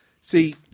See –